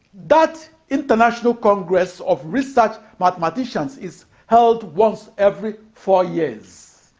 that international congress of research mathematicians is held once every four years.